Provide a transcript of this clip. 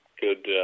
good